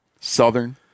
southern